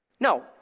No